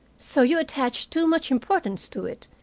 so you attach too much importance to it,